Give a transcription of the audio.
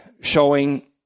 showing